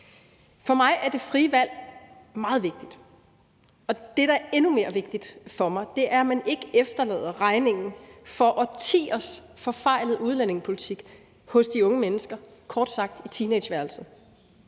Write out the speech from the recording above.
For mig er det frie valg meget vigtigt, og det, der er endnu mere vigtigt for mig, er, at man ikke efterlader regningen for årtiers forfejlede udlændingepolitik hos de unge mennesker, kort sagt på teenageværelset.